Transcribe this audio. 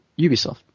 Ubisoft